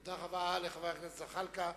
תודה רבה לחבר הכנסת זחאלקה.